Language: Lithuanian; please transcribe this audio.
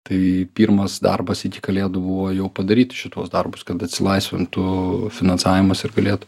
tai pirmas darbas iki kalėdų buvo jau padaryti šituos darbus kad atsilaisvintų finansavimas ir galėtų